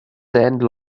send